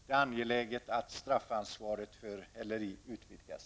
Det är angeläget att straffansvaret för häleri utvidgas.